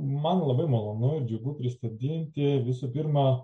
man labai malonu ir džiugu pristatyti visų pirma